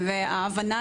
ישנה הבנה